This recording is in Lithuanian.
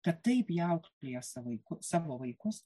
kad taip jie auklėja savaiku savo vaikus